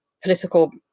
political